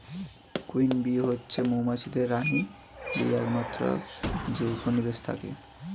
queen bee হচ্ছে মৌমাছিদের রানী যেই একমাত্র যে উপনিবেশে থাকে